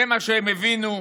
זה מה שהם הבינו,